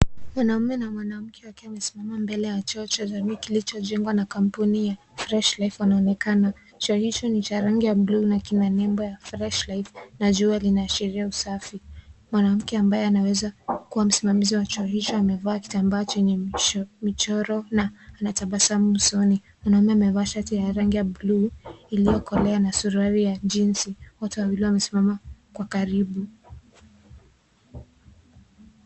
Mwanamume na mwanamke wakiwa wamesimama mbele ya choo cha jamii kilichojengwa na kampuni ya Fresh life wanaonekana. Choo hicho ni cha rangi ya buluu na kina nembo ya Fresh life na jua linaashiria usafi. Mwanamke ambaye anaweza kuwa msimamizi wa choo hicho amevaa kitamba chenye michoro na anatabasamu usoni. Mwanamume amevaa shati ya rangi ya buluu iliyokolea na suruali ya jinsi. Wote wawli wamesimama kwa karibu.